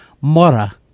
Mora